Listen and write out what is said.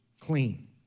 clean